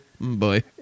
boy